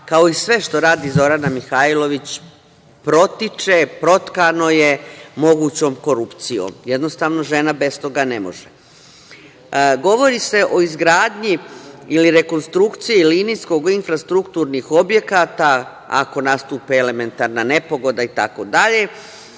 kao i sve što radi Zorana Mihajlović, protiče, protkano je mogućom korupcijom. Jednostavno žena bez toga ne može. Govori se o izgradnji ili rekonstrukciji linijskih infrastrukturnih objekata ako nastupe elementarne nepogode itd,